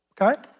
Okay